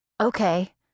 Okay